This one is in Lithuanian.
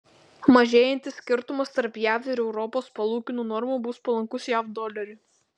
mažėjantis skirtumas tarp jav ir europos palūkanų normų bus palankus jav doleriui